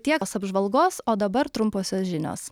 tiek os apžvalgos o dabar trumposios žinios